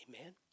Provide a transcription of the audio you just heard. Amen